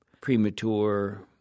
premature